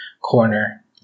corner